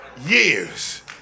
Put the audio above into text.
years